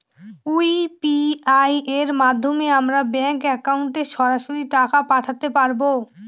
UPI এর মাধ্যমে আমরা ব্যাঙ্ক একাউন্টে সরাসরি টাকা পাঠাতে পারবো?